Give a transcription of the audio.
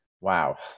wow